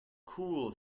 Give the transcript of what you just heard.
cool